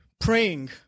praying